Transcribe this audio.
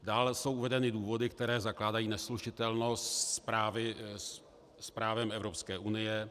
Dále jsou uvedeny důvody, které zakládají neslučitelnost s právem Evropské unie.